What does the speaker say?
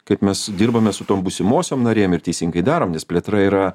kaip mes dirbame su tuom būsimosiom narėm ir teisingai darom nes plėtra yra